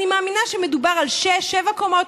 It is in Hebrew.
אני מאמינה שמדובר על שש-שבע קומות,